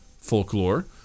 folklore